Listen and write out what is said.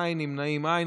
אין, נמנעים, אין.